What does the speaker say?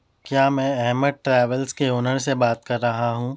کیا میں احمد ٹریولس کے اونر سے بات کر رہا ہوں